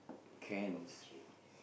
I'll be jailed